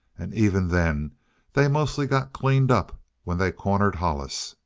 and even then they mostly got cleaned up when they cornered hollis.